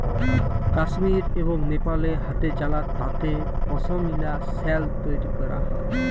কাশ্মীর এবং লেপালে হাতেচালা তাঁতে পশমিলা সাল তৈরি ক্যরা হ্যয়